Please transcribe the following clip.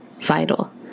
vital